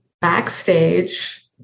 backstage